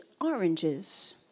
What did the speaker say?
oranges